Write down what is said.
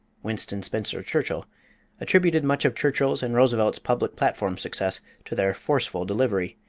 winston spencer churchill attributed much of churchill's and roosevelt's public platform success to their forceful delivery.